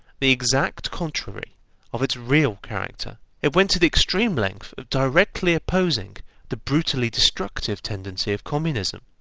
the exact contrary of its real character. it went to the extreme length of directly opposing the brutally destructive tendency of communism,